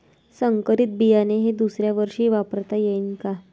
संकरीत बियाणे हे दुसऱ्यावर्षी वापरता येईन का?